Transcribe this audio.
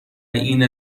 این